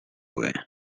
away